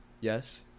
Yes